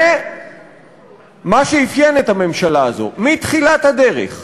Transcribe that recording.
זה מה שאפיין את הממשלה הזו מתחילת הדרך: